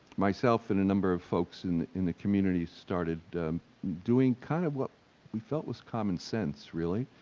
myself and a number of folks in in the community started doing kind of what we felt was common sense, really.